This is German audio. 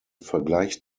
vergleich